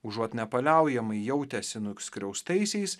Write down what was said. užuot nepaliaujamai jautęsi nuskriaustaisiais